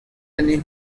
anezho